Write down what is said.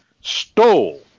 stole